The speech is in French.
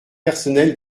personnel